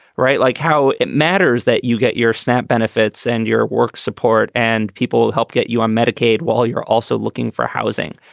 right. like how it matters that you get your snap benefits and your work support and people help get you on medicaid while you're also looking for housing,